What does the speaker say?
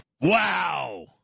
Wow